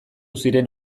ziren